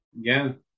Again